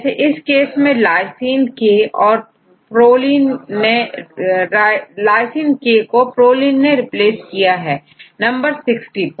जैसे इस केस में lysine K कोproline ने रिप्लेस किया है नंबर सिक्सटी पर